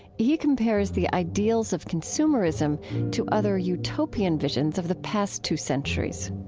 he compares the ideals of consumerism to other utopian visions of the past two centuries